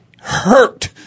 hurt